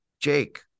Jake